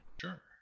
Sure